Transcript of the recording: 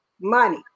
money